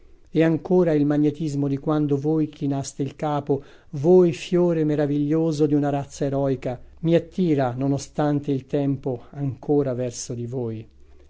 e ancora il magnetismo di quando voi chinaste il capo voi fiore meraviglioso di una razza eroica mi attira non ostante il tempo ancora verso di voi